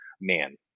man